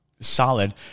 solid